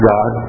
God